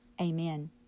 Amen